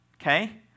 Okay